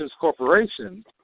Corporation